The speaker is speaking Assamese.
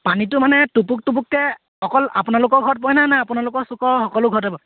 পানীটো মান টুপুক টুপুককৈ অকল আপোনালোকৰ ঘৰত পৰে নে নে আপোনালোকৰ চুকৰ সকলো ঘৰতে পৰে